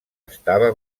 estava